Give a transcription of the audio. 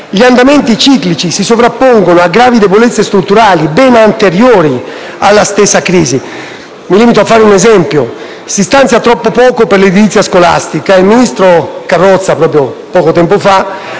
gli andamenti ciclici si sovrappongono a gravi debolezze strutturali ben anteriori alla stessa crisi. Mi limito a fare un esempio: si stanzia troppo poco per l'edilizia scolastica. Il ministro Carrozza poco tempo fa